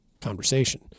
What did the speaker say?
conversation